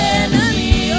enemy